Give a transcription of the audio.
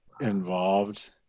involved